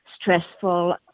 stressful